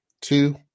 two